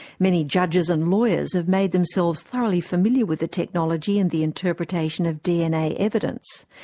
many judges and lawyers have made themselves thoroughly familiar with the technology and the interpretation of dna evidence,